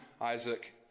Isaac